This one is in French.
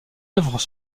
œuvres